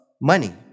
money